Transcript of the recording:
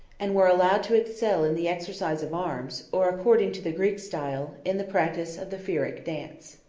and were allowed to excel in the exercise of arms, or, according to the greek style, in the practice of the pyrrhic dance.